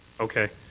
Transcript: okay.